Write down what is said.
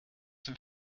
sind